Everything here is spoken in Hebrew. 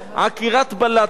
עקירת בלטות,